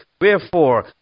wherefore